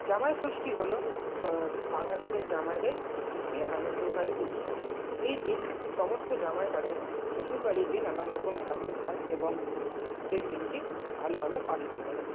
জামাই ষষ্ঠী হল বাঙালিদের জামাইদের একটি আনন্দকারী উৎসব এই দিন সমস্ত জামাই তাদের শ্বশুরবাড়ি গিয়ে নানান রকম খাদ্য খায় এবং সেই দিনটি ভালোভাবে পালন করে